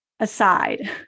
aside